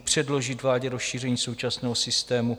Předložit vládě rozšíření současného systému.